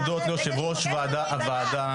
ליושב-ראש הוועדה,